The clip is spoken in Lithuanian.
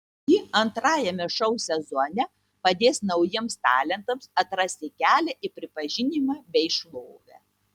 ji antrajame šou sezone padės naujiems talentams atrasti kelią į pripažinimą bei šlovę